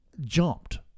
jumped